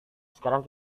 sekarang